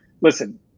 listen